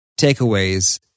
takeaways